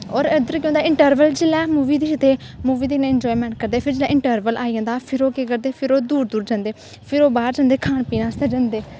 और इद्धर केह् होंदा इन्ट्रवल च जिसलै मूवी दिखदे मूवी दिखदे इंजायमैंट करदे फिर जिसलै इन्टरवल आई जंदा फिर ओह् केह् करदे फिर ओह् दूर दूर जंदे फिर ओह् बाह्र जंदे खान पीन आस्तै जंदे